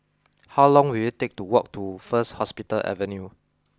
how long will it take to walk to First Hospital Avenue